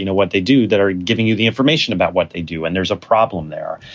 you know what they do that are giving you the information about what they do. and there's a problem there.